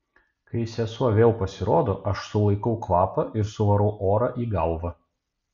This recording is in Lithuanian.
kai sesuo vėl pasirodo aš sulaikau kvapą ir suvarau orą į galvą